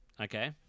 Okay